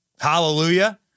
hallelujah